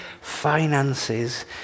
finances